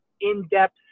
in-depth